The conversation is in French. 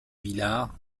villard